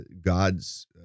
God's